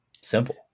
simple